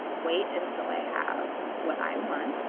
wait until i have what i want,